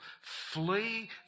flee